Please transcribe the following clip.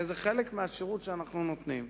זה חלק מהשירות שאנחנו נותנים.